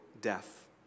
death